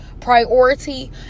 priority